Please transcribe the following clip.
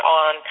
on